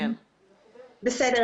ראשית,